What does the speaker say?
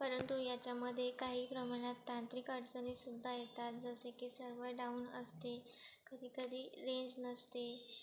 परंतु याच्यामधे काही प्रमाणात तांत्रिक अडचणीसुद्धा येतात जसे की सर्वर डाऊन असते कधी कधी रेंज नसते